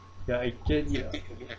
ya I get it lah